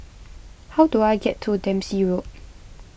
how do I get to Dempsey Road